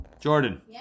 Jordan